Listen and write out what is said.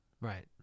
right